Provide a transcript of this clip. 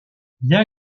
bien